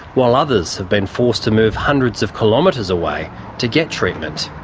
while others have been forced to move hundreds of kilometres away to get treatment.